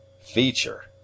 Feature